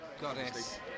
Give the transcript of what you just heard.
Goddess